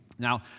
Now